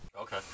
Okay